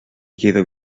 queda